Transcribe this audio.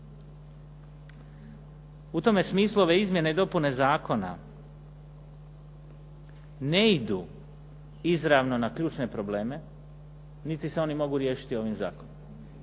U tome smislu ove izmjene i dopune zakona ne idu izravno na ključne probleme, niti se oni mogu riješiti ovim zakonom.